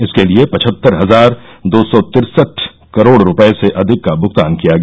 इसके लिए पचहत्तर हजार दो सौ तिरसठ करोड़ रुपये से अधिक का भुगतान किया गया